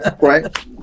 Right